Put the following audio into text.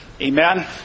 Amen